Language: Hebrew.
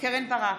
קרן ברק,